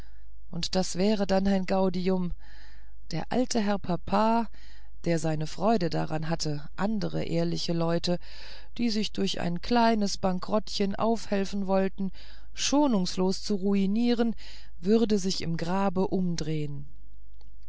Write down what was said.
und das wäre dann ein gaudium der alte herr papa der seine freude daran hatte andere ehrliche leute die sich durch ein klein bankerottchen aufhelfen wollten schonungslos zu ruinieren würde sich im grabe umdrehen